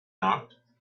not